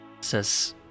says